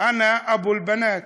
אנא אבו אל-בנאת,